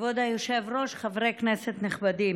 כבוד היושב-ראש, חברי כנסת נכבדים,